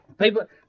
People